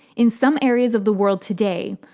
in some areas of the world today,